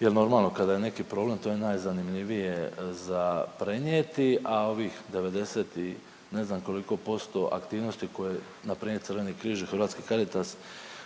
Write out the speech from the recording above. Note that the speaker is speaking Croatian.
Jer normalno kada je neki problem, to je najzanimljivije za prenijeti, a ovih 90 i ne znam koliko posto aktivnosti koje je npr. Crveni križ i hrvatski Caritas